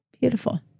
Beautiful